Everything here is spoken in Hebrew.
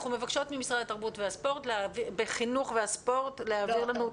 אנחנו מבקשות ממשרד התרבות והספורט להעביר לנו את